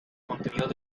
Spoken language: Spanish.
contenidos